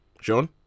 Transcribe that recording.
Sean